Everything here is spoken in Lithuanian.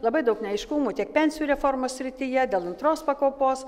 labai daug neaiškumų tiek pensijų reformos srityje dėl antros pakopos